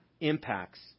impacts